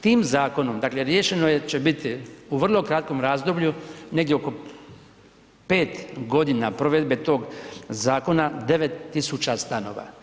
Tim zakonom dakle riješeno će biti u vrlo kratkom razdoblju negdje oko 5 godina provedbe tog zakona 9.000 stanova.